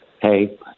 hey